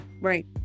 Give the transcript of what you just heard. right